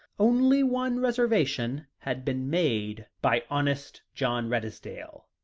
only one reservation had been made by honest john redesdale.